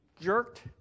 jerked